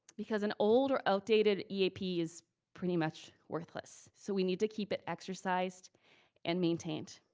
because an old or outdated eap is pretty much worthless. so we need to keep it exercised and maintained.